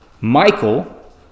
Michael